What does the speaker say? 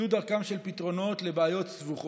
זו דרכם של פתרונות לבעיות סבוכות.